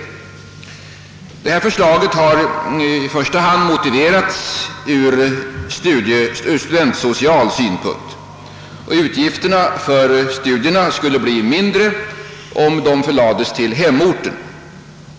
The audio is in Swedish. Detta förslag har i första hand motiverats med studentsociala skäl. Utgifterna för studierna skulle bli mindre om studierna kunde förläggas till hemorten.